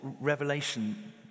revelation